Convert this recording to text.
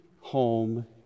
home